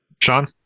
Sean